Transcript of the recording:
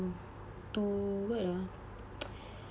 ~o what ah